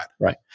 Right